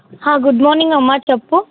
good morning అమ్మ చెప్పు